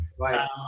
right